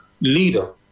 leader